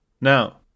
Now